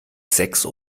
sechs